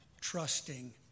trusting